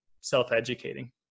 self-educating